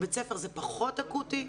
בית ספר זה פחות אקוטי.